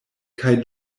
kaj